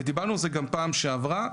ודיברנו על זה גם בפעם שעברה,